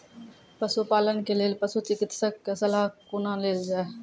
पशुपालन के लेल पशुचिकित्शक कऽ सलाह कुना लेल जाय?